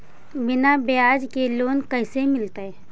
बिना ब्याज के लोन कैसे मिलतै?